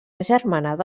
agermanada